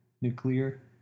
nuclear